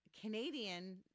Canadian